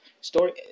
Story